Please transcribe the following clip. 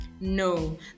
no